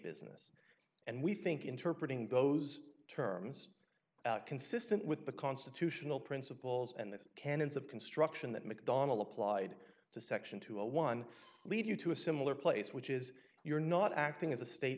business and we think interpret ing those terms consistent with the constitutional principles and the canons of construction that mcdonnell applied to section two hundred and one lead you to a similar place which is you're not acting as a state